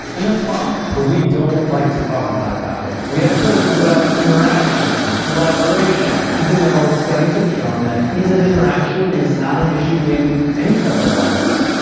and that's fine. but we don't like to talk about it that way. we act like it's about interaction and collaboration, even though studies have shown that ease of interaction is not an issue in any type of office.